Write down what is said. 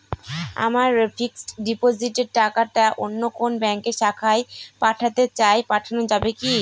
আমার ফিক্সট ডিপোজিটের টাকাটা অন্য কোন ব্যঙ্কের শাখায় পাঠাতে চাই পাঠানো যাবে কি?